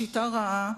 השיטה רעה,